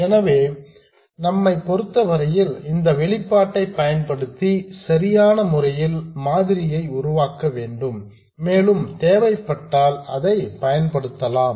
எனவே நம்மை பொருத்தவரையில் இந்த வெளிப்பாட்டை பயன்படுத்தி சரியான முறையில் மாதிரியை உருவாக்க வேண்டும் மேலும் தேவைப்பட்டால் இதை பயன்படுத்தலாம்